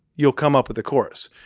you'll come up with the chorus.